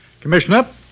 Commissioner